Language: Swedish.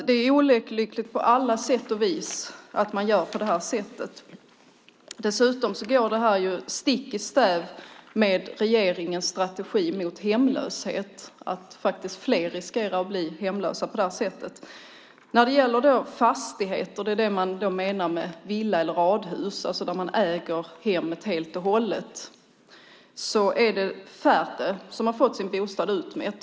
Det är olyckligt på alla sätt och vis att man gör på det här sättet. Dessutom går det stick i stäv med regeringens strategi mot hemlöshet. Det är faktiskt fler som riskerar att bli hemlösa på det här sättet. När det gäller fastigheter menar man villa eller radhus. Då äger man alltså hemmet helt och hållet. När det gäller dessa är det färre som har fått sin bostad utmätt.